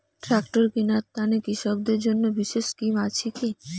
Tractor কিনার তানে কৃষকদের জন্য বিশেষ স্কিম আছি কি?